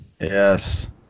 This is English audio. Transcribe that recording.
Yes